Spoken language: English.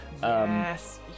Yes